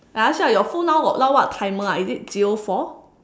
I ask you ah your phone now got now what timer ah is it zero four